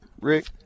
Rick